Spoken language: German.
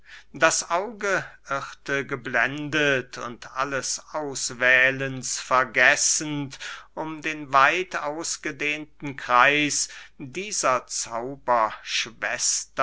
das auge irrte geblendet und alles auswählens vergessend um den weit ausgedehnten kreis dieser